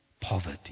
poverty